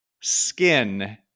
Skin